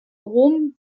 rom